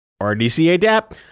RDCA-DAP